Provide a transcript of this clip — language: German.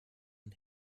und